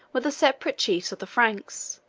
were the separate chiefs of the franks,